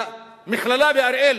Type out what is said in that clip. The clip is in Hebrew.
למכללה באריאל